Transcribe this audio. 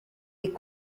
est